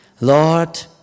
Lord